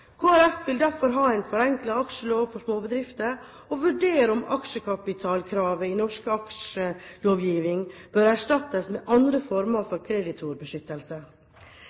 vil derfor ha en forenklet aksjelov for småbedrifter og vurdere om aksjekapitalkravet i norsk aksjelovgivning bør erstattes med andre former for kreditorbeskyttelse.